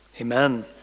Amen